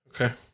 Okay